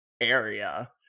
area